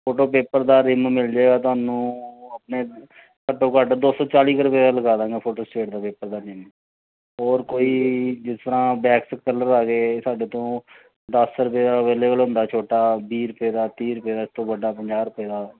photo paper ਦਾ ream ਮਿਲ ਜਾਵੇਗਾ ਤੁਹਾਨੂੰ ਆਪਣੇ ਘੱਟੋ ਘੱਟ ਦੋ ਸੌ ਚਾਲੀ ਕੁ ਰੁਪਏ ਦਾ ਲਗਾ ਦਵਾਂਗਾ ਫੋਟੋ ਸਟੇਟ ਦਾ ਪੇਪਰ ਦਾ ਰਿੰਮ ਹੋਰ ਕੋਈ ਜਿਸ ਤਰ੍ਹਾਂ ਬੈਕਸ ਕਲਰ ਆ ਗਏ ਸਾਡੇ ਤੋਂ ਦਸ ਰੁਪਏ ਦਾ ਅਵੇਲੇਬਲ ਹੁੰਦਾ ਛੋਟਾ ਵੀਹ ਰੁਪਏ ਦਾ ਤੀਹ ਰੁਪਏ ਦਾ ਇਸ ਤੋਂ ਵੱਡਾ ਪੰਜਾਹ ਰੁਪਏ ਦਾ